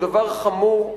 הוא דבר חמור,